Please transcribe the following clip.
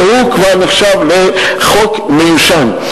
שכבר נחשב לחוק מיושן.